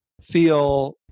feel